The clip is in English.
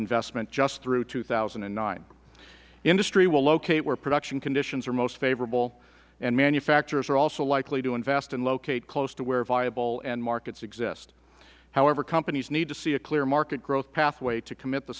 investment just through two thousand and nine industry will locate where production conditions are most favorable and manufacturers are also likely to invest and locate close to where viable end markets exist however companies need to see a clear market growth pathway to commit the